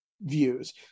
views